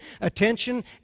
attention